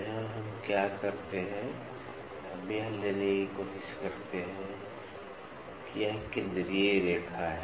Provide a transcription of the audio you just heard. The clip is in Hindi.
तो यहाँ हम क्या करते हैं हम यह लेने की कोशिश करते हैं कि यह केंद्रीय रेखा है